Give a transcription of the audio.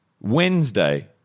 Wednesday